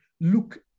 look